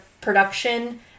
production